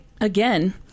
again